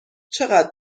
چقدر